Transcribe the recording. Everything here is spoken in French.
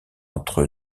entre